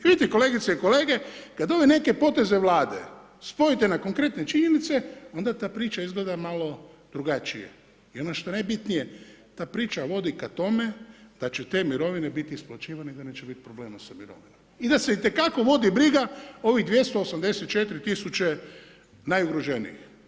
Vidite kolegice i kolege kada ove neke poteze Vlade spojite na konkretne činjenice onda ta priča izgleda malo drugačije i ono što je najbitnije ta priča vodi k tome da će te mirovine biti isplaćivane i da neće biti problema sa mirovinama i da se itekako vodi briga ovih 284 tisuće najugroženijih.